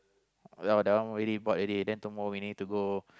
yeah that one really import already then tomorrow we need to go